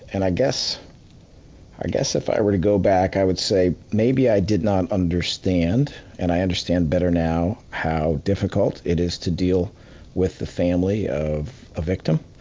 and, i guess ah guess if i were to go back, i would say maybe i did not understand, and i understand better now, how difficult it is to deal with the family of a victim.